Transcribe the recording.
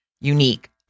unique